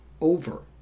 over